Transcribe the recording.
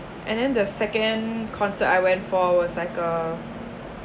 and then the second concert I went for was like uh